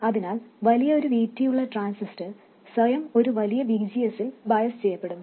അതിനാൽ വലിയ ഒരു Vt ഉള്ള ട്രാൻസിസ്റ്റർ സ്വയം ഒരു വലിയ VGS ഇൽ ബയസ് ചെയ്യപ്പെടും